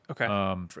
Okay